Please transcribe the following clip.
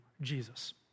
Jesus